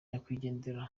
nyakwigendera